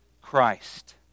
Christ